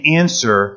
answer